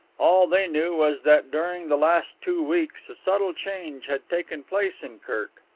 all they knew was that during the last two weeks a subtle change had taken place in kirk.